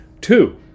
Two